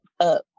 up